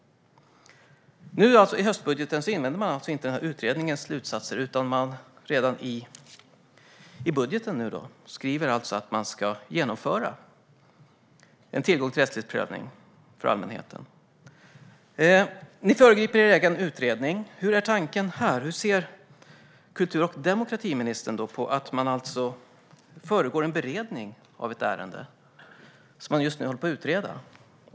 I höstbudgeten inväntar man alltså inte utredningens slutsatser, utan redan i budgeten skriver man att man ska genomföra tillgång till rättslig prövning för allmänheten. Regeringen föregriper sin egen utredning. Vad är tanken här? Hur ser kultur och demokratiministern på att man föregår en beredning av ett ärende som just nu utreds?